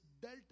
dealt